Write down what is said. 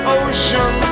ocean